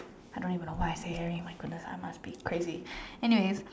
I don't even why I said airy oh my goodness I must crazy anyway